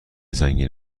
سنگین